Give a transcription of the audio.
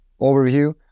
overview